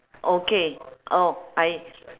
okay oh I